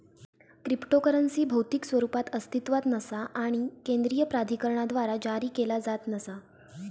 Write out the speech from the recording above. cryptocurrency भौतिक स्वरूपात अस्तित्वात नसा आणि केंद्रीय प्राधिकरणाद्वारा जारी केला जात नसा